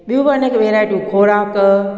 ॿियूं बि अनेक वैरायटियूं खुराक